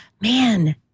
man